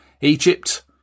Egypt